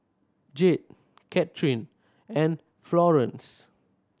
Jade Kathryn and Florance